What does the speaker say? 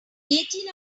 eighteen